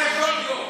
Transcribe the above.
לא נכון.